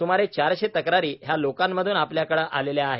सुमारे चारशे तक्रारी ह्या लोकांमधून आपल्याकडे आलेल्या आहेत